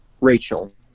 Rachel